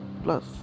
plus